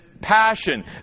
passion